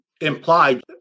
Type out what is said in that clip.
implied